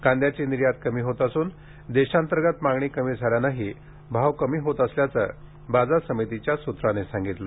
कांद्याची निर्यात कमी होत असून देशांतर्गत मागणी कमी झाल्यानेही भाव कमी होत असल्याचे बाजार समितीच्या सूत्रांनी सांगितले